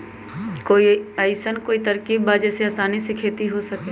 कोई अइसन कोई तरकीब बा जेसे आसानी से खेती हो सके?